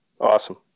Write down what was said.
Awesome